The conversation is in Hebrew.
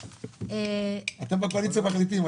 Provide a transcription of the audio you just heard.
אתם בקואליציה מחליטים.